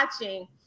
watching